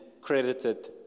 credited